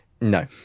no